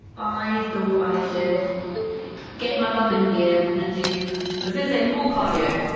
i thought i should get my bum in gear and do. i was going to say more cardio